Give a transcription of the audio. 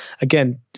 again